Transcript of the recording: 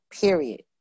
period